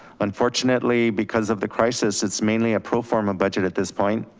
unfortunately, because of the crisis, it's mainly a pro forma budget at this point.